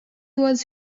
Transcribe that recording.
was